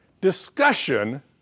discussion